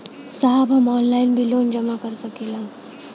साहब हम ऑनलाइन भी लोन जमा कर सकीला?